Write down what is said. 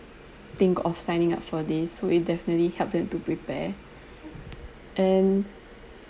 think of signing up for this so it definitely helps them to prepare and